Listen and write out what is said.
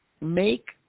make